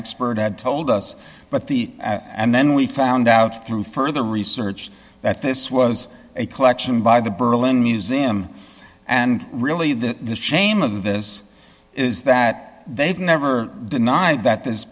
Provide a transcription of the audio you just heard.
expert had told us but the and then we found out through further research that this was a collection by the berlin museum and really the shame of this is that they've never denied that this